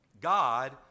God